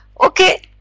Okay